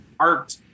Art